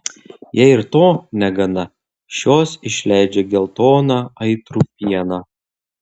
jei ir to negana šios išleidžia geltoną aitrų pieną